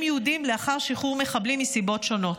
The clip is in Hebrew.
יהודים לאחר שחרור מחבלים מסיבות שונות.